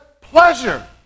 pleasure